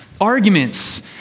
arguments